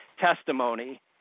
testimony